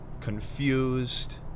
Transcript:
confused